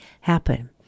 happen